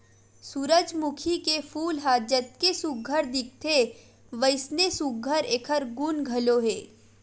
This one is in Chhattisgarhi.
सूरजमूखी के फूल ह जतके सुग्घर दिखथे वइसने सुघ्घर एखर गुन घलो हे